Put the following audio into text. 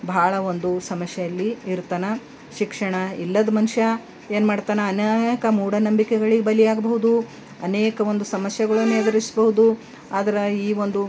ಭಾಳ ಒಂದು ಸಮಸ್ಯೆಯಲ್ಲಿ ಇರ್ತಾನೆ ಶಿಕ್ಷಣ ಇಲ್ಲದ ಮನುಷ್ಯ ಏನ್ಮಾಡ್ತಾನೆ ಅನೇಕ ಮೂಢನಂಬಿಕೆಗಳಿಗೆ ಬಲಿಯಾಗಬಹುದು ಅನೇಕ ಒಂದು ಸಮಸ್ಯೆಗಳನ್ನು ಎದುರಿಸ್ಬಹುದು ಆದ್ರೆ ಈ ಒಂದು